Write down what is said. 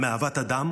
מאהבת אדם